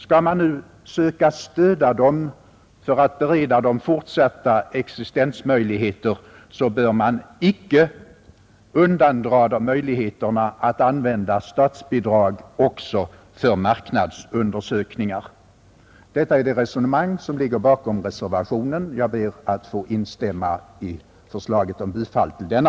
Skall man nu söka stöda dem för att bereda dem fortsatta existensmöjligheter, så bör man inte undandra dem möjligheterna att använda statsbidrag också för marknadsundersökningar. Detta är det resonemang som ligger bakom reservationen. Jag ber att få instämma i yrkandet om bifall till denna.